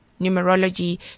numerology